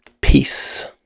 Peace